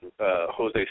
Jose